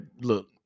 Look